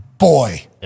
boy